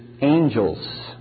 angels